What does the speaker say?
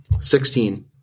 Sixteen